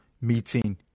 meeting